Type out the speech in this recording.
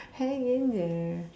hang in there